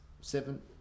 seven